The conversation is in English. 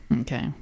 Okay